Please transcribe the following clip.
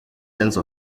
sense